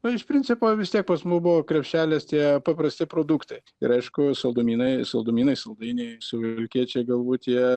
na iš principo vis tiek pas mus buvo krepšelis tie paprasti produktai ir aišku saldumynai saldumynai saldainiai suvalkiečiai galbūt jie